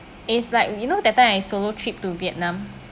is like you know that time I solo trip to vietnam